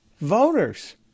voters